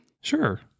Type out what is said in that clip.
Sure